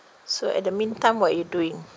so at the meantime what you doing